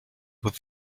with